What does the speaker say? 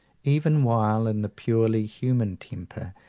even while, in the purely human temper,